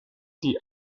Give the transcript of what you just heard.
die